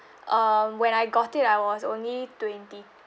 um when I got it I was only twenty